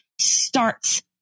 starts